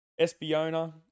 Espiona